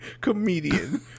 comedian